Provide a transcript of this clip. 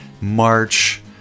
March